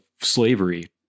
slavery